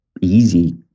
easy